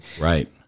right